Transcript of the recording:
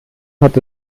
hat